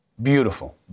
Beautiful